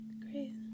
Great